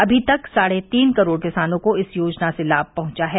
अभी तक साढ़े तीन करोड़ किसानों को इस योजना से लाभ पहुंचा है